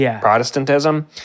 Protestantism